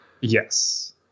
Yes